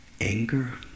Anger